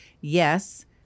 Yes